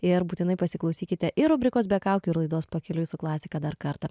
ir būtinai pasiklausykite ir rubrikos be kaukių ir laidos pakeliui su klasika dar kartą